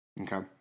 Okay